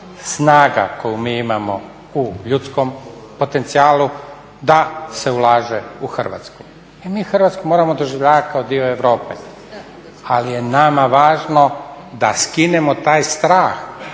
snaga koju mi imamo u ljudskom potencijalu da se ulaže u Hrvatsku i mi Hrvatsku moramo doživljavati kao dio Europe. Ali je nama važno da skinemo taj strah